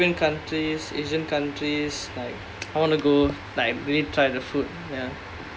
european countries asian countries like I want to go like really try the food ya